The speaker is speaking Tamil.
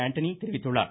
ஆண்டனி தெரிவித்துள்ளார்